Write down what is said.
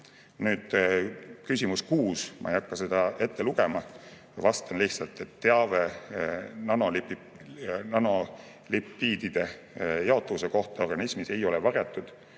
Nüüd küsimus 6. Ma ei hakka seda ette lugema, vastan lihtsalt. Teave nanolipiidide jaotuse kohta organismis ei ole varjatud.